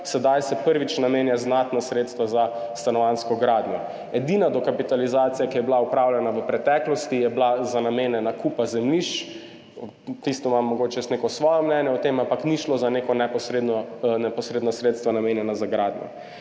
sedaj se prvič namenja znatna sredstva za stanovanjsko gradnjo. Edina dokapitalizacija, ki je bila opravljena v preteklosti, je bila za namene nakupa zemljišč, tisto imam mogoče jaz neko svoje mnenje o tem, ampak ni šlo za neka neposredna sredstva, namenjena za gradnjo.